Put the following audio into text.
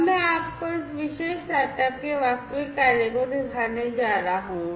अब मैं आपको इस विशेष सेटअप के वास्तविक कार्य को दिखाने जा रहा हूं